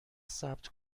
ثبت